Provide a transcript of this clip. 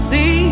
See